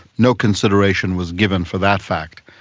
no consideration was given for that fact.